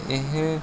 ਇਹ